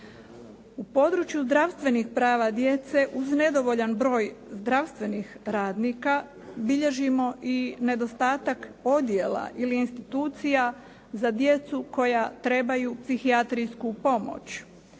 U području zdravstvenih prava djece uz nedovoljan broj zdravstvenih radnika bilježimo i nedostatak podjela ili institucija za djecu koja trebaju psihijatrijsku pomoć.